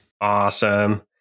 Awesome